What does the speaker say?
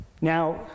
Now